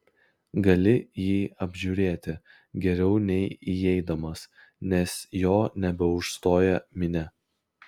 gali jį apžiūrėti geriau nei įeidamas nes jo nebeužstoja minia